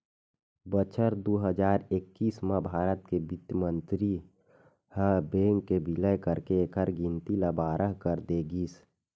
बछर दू हजार एक्कीस म भारत के बित्त मंतरी ह बेंक के बिलय करके एखर गिनती ल बारह कर दे गिस